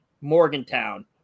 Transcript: Morgantown